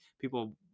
people